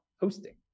Hosting